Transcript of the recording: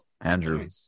Andrew